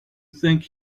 think